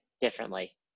differently